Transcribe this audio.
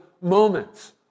moments